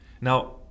Now